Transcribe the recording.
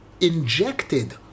injected